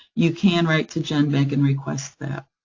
you can write to genbank and request that.